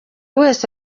wese